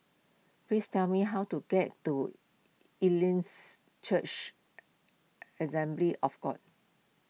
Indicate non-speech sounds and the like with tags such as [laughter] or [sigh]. please tell me how to get to Elims Church [unintelligible] Assembly of God